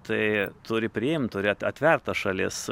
tai turi priimt turėtų atvert ta šalis